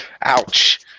Ouch